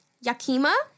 Yakima